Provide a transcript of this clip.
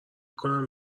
کنم